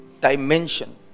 dimension